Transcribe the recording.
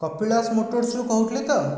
କପିଳାସ ମୋଟରସ୍ରୁ କହୁଥିଲେ ତ